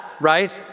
right